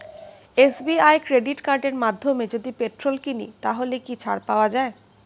SBI credit কার্ডের মাধ্যমে যদি পেট্রোল কিনি তাহলে কি ছাড় পাওয়া যায়?